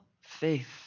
faith